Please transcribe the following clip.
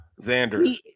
Xander